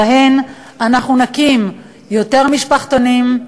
ואנחנו נקים יותר משפחתונים,